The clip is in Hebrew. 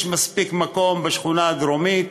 יש מספיק מקום בשכונה הדרומית,